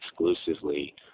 exclusively